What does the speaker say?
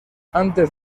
antes